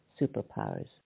superpowers